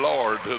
Lord